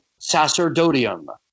sacerdotium